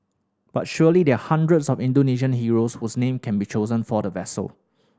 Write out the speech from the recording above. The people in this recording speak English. but surely there are hundreds of Indonesian heroes whose name can be chosen for the vessel